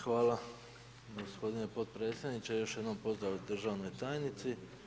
Hvala gospodine potpredsjedniče, još jednom pozdrav državnoj tajnici.